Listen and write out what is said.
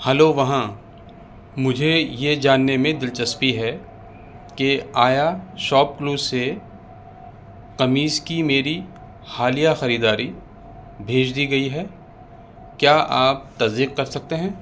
hello وہاں مجھے یہ جاننے میں دلچسپی ہے کہ آیا شاپ کلوز سے قمیض کی میری حالیہ خریداری بھیج دی گئی ہے کیا آپ تصدیق کر سکتے ہیں